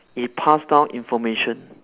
it pass down information